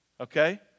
Okay